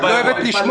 את לא אוהבת לשמוע.